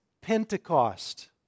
pentecost